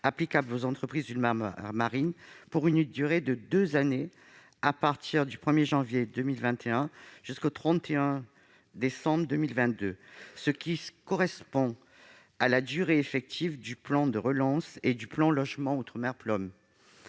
applicable aux entreprises ultramarines, pendant une durée de deux années- du 1 janvier 2021 au 31 décembre 2022 -, qui correspond à la durée effective du plan de relance et du plan Logement outre-mer (PLOM).